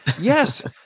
Yes